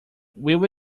will